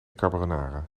carbonara